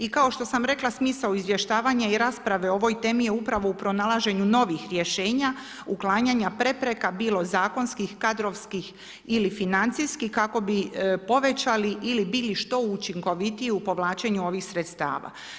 I kao što sam rekla, smisao izvještavanja i rasprave o ovoj temi je upravo u pronalaženju novih rješenja, uklanjanja prepreka, bilo zakonskih, kadrovskih ili financijskih, kako bi povećali ili bili što učinkovitiji u povlačenju ovih sredstava.